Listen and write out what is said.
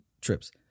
trips